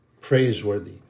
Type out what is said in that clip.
Praiseworthy